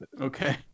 Okay